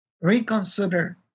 reconsider